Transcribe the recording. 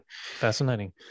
Fascinating